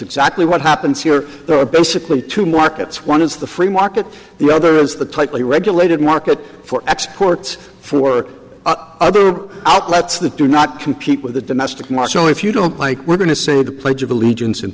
exactly what happens here there are basically two markets one is the free market the other is the tightly regulated market for exports for other outlets that do not compete with the domestic market only if you don't like we're going to say the pledge of allegiance in